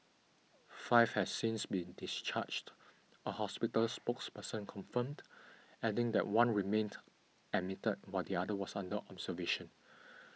five has since been discharged a hospital spokesperson confirmed adding that one remained admitted while the other was under observation